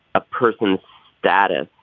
a person's data.